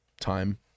time